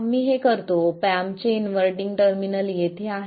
आम्ही हे करतो ऑप एम्पचे इन्व्हर्टींग टर्मिनल येथे आहे